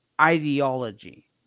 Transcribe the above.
ideology